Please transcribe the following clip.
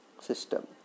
System